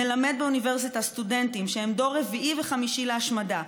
מלמד באוניברסיטה סטודנטים שהם דור רביעי וחמישי להשמדה.